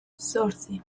zortzi